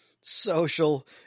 Social